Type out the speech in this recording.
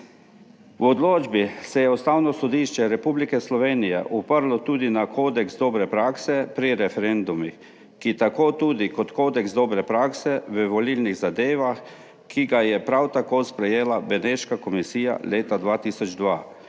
V odločbi se je Ustavno sodišče Republike Slovenije oprlo tudi na kodeks dobre prakse pri referendumih, ki tako tudi kot kodeks dobre prakse v volilnih zadevah, ki ga je prav tako sprejela Beneška komisija leta 2002,